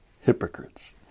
hypocrites